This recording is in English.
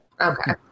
Okay